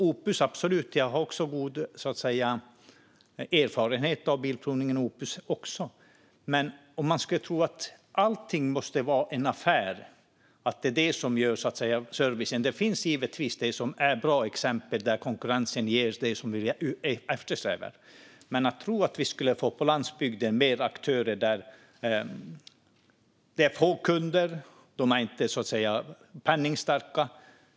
Opus har även jag god erfarenhet av, men man kan inte tro att allting måste vara en affär och att det är det som gör servicen. Det finns givetvis bra exempel där konkurrensen ger det som Kjell Jansson eftersträvar, men till landsbygden där kunderna är få och inte så penningstarka kommer inte fler aktörer.